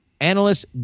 analysts